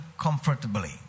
comfortably